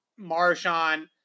Marshawn